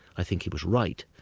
i think he was right.